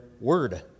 word